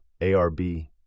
ARB